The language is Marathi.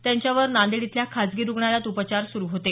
त्यांच्यावर नांदेड इथल्या खाजगी रुग्णालयात उपचार सुरु होते